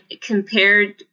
compared